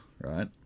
right